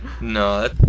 No